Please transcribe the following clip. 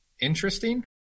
interesting